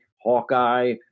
Hawkeye